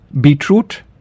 beetroot